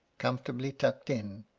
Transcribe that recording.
comfortably tucked in,